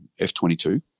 F22